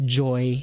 joy